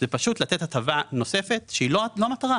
זה פשוט לתת הטבה נוספת שהיא לא המטרה.